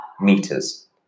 meters